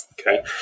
okay